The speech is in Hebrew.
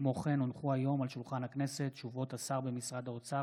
כישלון וחוסר מוכנות מערכת הבריאות בישראל במענה לטיפול בכוויות,